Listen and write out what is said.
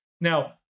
Now